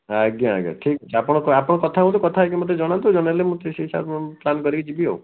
ଆଜ୍ଞା ଆଜ୍ଞା ଠିକ୍ ଅଛି ଆପଣ ଆପଣ କଥା ହୁଅନ୍ତୁ କଥା ହେଇକି ମୋତେ ଜଣାନ୍ତୁ ଜଣେଇଲେ ସେ ହିସାବରେ ମୁଁ ପ୍ଲାନ୍ କରିକି ଯିବି ଆଉ